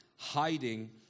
hiding